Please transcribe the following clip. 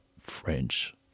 French